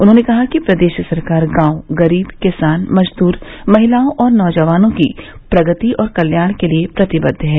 उन्होंने कहा कि प्रदेश सरकार गांव गरीब किसान मजदूर महिलाओं और नौजवानों की प्रगति और कल्याण के लिए प्रतिबद्ध है